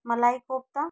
मलाई कोफ़्ता